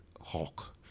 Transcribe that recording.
Hulk